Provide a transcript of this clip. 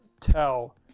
tell